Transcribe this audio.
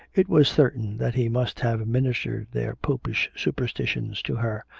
it was certain that he must have ministered their popish superstitions to her,